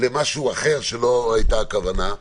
למשהו אחר שלא היתה הכוונה.